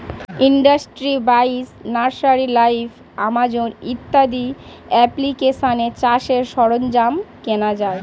industry বাইশ, nursery live, Amazon ইত্যাদি অ্যাপ্লিকেশানে চাষের সরঞ্জাম কেনা যায়